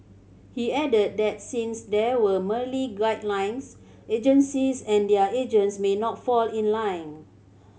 he added that since there were merely guidelines agencies and their agents may not fall in line